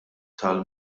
tal